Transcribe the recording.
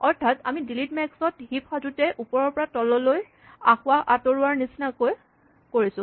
অৰ্থাৎ আমি delete max ত হিপ সাজোতে ওপৰৰ পৰা তললৈ আসোঁৱাহ আঁতৰোৱাৰ নিচিনাকে কৰিছোঁ